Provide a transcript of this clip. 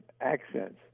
accents